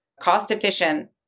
cost-efficient